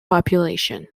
population